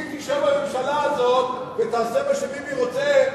אם תשב בממשלה הזאת ותעשה מה שביבי רוצה,